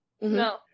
No